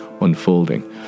unfolding